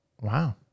Wow